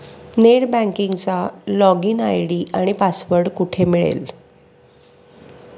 Net बँकिंगचा login ID आणि password कुठे मिळेल?